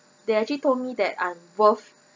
they actually told me that I'm worth